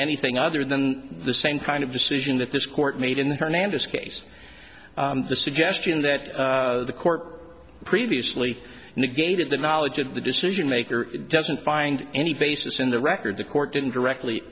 anything other than the same kind of decision that this court made in the hernandez case the suggestion that the court previously negated the knowledge of the decision maker doesn't find any basis in the record the court didn't directly